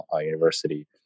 University